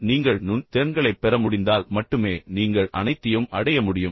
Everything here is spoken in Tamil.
நீங்கள் நுண் திறன்களைப் பெற முடிந்தால் மட்டுமே நீங்கள் அனைத்தையும் அடைய முடியும்